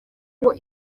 ngo